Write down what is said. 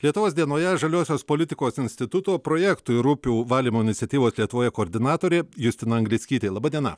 lietuvos dienoje žaliosios politikos instituto projektui ir upių valymo iniciatyvos lietuvoje koordinatorė justina anglickytė laba diena